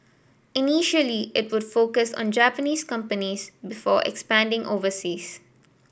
initially it would focus on Japanese companies before expanding overseas